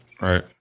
right